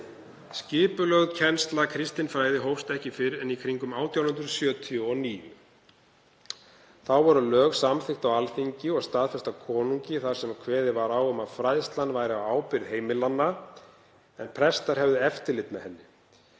Skipulögð kennsla kristinfræði hófst ekki fyrr en í kringum 1879. Þá voru lög samþykkt á Alþingi og staðfest af konungi, þar sem kveðið var á um að fræðslan væri á ábyrgð heimilanna en prestar hefðu eftirlit með henni.